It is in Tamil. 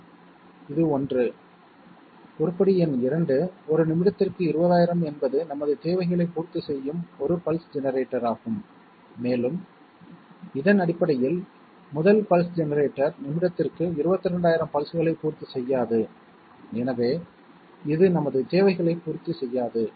ஆம் இது ஒன்று உருப்படி எண் இரண்டு ஒரு நிமிடத்திற்கு 20000 என்பது நமது தேவைகளைப் பூர்த்தி செய்யும் ஒரு பல்ஸ் ஜெனரேட்டராகும் மேலும் இதன் அடிப்படையில் முதல் பல்ஸ் ஜெனரேட்டர் நிமிடத்திற்கு 22000 பல்ஸ்களை பூர்த்தி செய்யாது எனவே இது நமது தேவைகளைப் பூர்த்தி செய்யாது